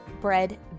bread